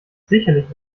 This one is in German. sicherlich